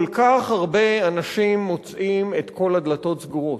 כל כך הרבה אנשים מוצאים את כל הדלתות סגורות,